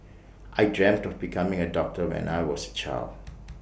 I dreamt of becoming A doctor when I was child